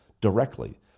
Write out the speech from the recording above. directly